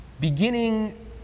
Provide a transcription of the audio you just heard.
beginning